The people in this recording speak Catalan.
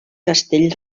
castell